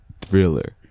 thriller